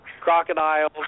Crocodiles